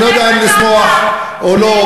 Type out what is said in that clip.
אני לא יודע אם לשמוח או לא,